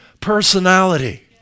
personality